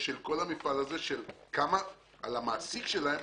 המפעל הוא בהגדרה,